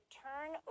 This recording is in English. turn